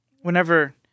whenever